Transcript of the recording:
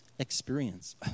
Experience